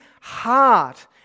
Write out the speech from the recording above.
heart